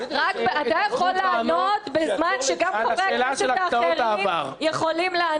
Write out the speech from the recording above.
יכול לענות בזמן שגם חברי הכנסת האחרים יכולים לענות.